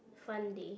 fun day